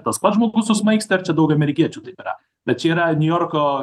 tas pats žmogus susmaigstė ar čia daug amerikiečių tai padarė bet čia yra niujorko